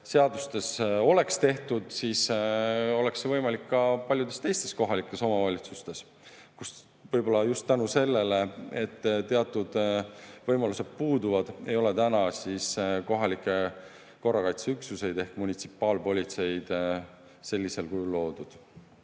seadustes oleks tehtud, siis oleks see võimalik ka paljudes teistes kohalikes omavalitsustes, kus võib-olla just seetõttu, et teatud võimalused puuduvad, ei ole täna kohalikke korrakaitseüksusi ehk munitsipaalpolitseid sellisel kujul loodud.